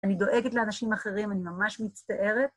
אני דואגת לאנשים אחרים, אני ממש מצטערת.